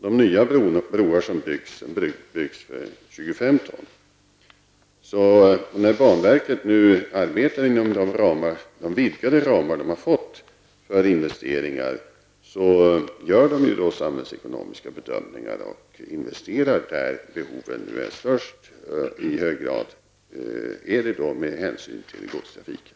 De nya broarna byggs för 25 När banverket nu arbetar inom de vidgade ramar som det har fått för investeringar gör det samhällsekonomiska bedömningar och investerar där behoven är störst, i hög grad med hänsyn till godstrafiken.